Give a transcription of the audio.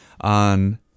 on